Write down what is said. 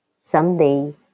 someday